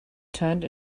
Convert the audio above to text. turned